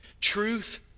Truth